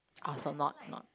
also not not